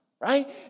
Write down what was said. right